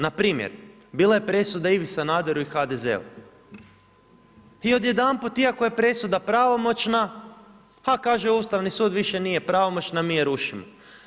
Npr. bila je presuda Ivi Sanaderu i HDZ-u i odjedanput iako je presuda pravomoćna, a kaže Ustavni sud više nije pravomoćna, mi je rušimo.